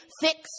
fix